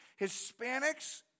Hispanics